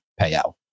payout